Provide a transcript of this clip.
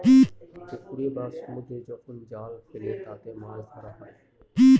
পুকুরে বা সমুদ্রে যখন জাল ফেলে তাতে মাছ ধরা হয়